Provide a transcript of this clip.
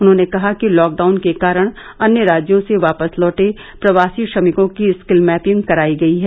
उन्होंने कहा कि लॉकडाउन के कारण अन्य राज्यों से वापस लौटे प्रवासी श्रमिकों की स्किल मैपिंग करायी गयी है